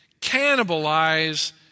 cannibalize